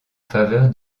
faveur